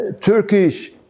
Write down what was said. Turkish